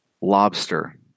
Lobster